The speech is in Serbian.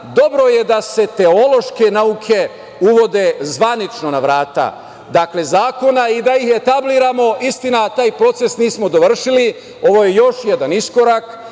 dobro je da se teološke nauke uvode zvanično na vrata zakona i da ih … istina, taj proces nismo dovršili, ovo je još jedan iskorak,